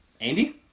andy